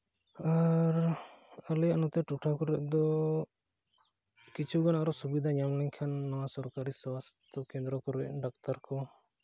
ᱟᱨ ᱟᱞᱮᱭᱟᱜ ᱱᱚᱛᱮ ᱴᱚᱴᱷᱟ ᱠᱚᱨᱮᱫ ᱫᱚ ᱠᱤᱪᱷᱩᱜᱟᱱ ᱟᱨᱚ ᱥᱩᱵᱤᱫᱷᱟ ᱧᱟᱢ ᱞᱮᱱᱠᱷᱟᱱ ᱱᱚᱣᱟ ᱥᱚᱨᱠᱟᱨᱤ ᱥᱟᱥᱛᱷᱚ ᱠᱮᱱᱫᱨᱚ ᱠᱚᱨᱮᱫ ᱰᱟᱠᱛᱟᱨ ᱠᱚ